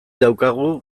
daukagu